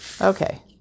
Okay